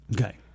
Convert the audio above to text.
Okay